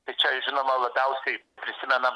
tai čia žinoma labiausiai prisimenam